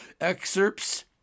Excerpts